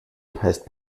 heißt